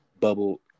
Bubble